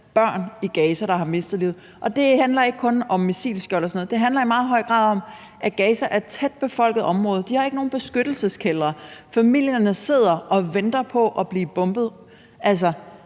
børn i Gaza, der har mistet livet. Og det handler ikke kun om missilskjold og sådan noget, det handler i meget høj grad om, at Gaza er et tæt befolket område. De har ikke nogen beskyttelseskældre. Familierne sidder og venter på at blive bombet.